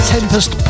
Tempest